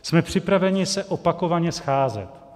Jsme připraveni se opakovaně scházet.